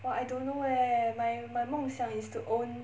!wah! I don't know leh my my 梦想 is to own